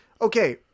okay